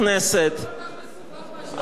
אני אתן לכם עצה אחת קטנה.